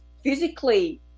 physically